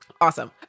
Awesome